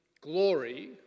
glory